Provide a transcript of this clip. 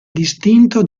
distinto